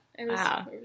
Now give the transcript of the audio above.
Wow